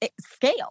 scale